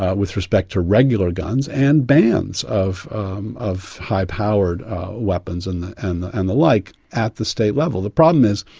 ah with respect to regular guns, and bans of um of high-powered weapons and and the and the like at the state level. the problem is,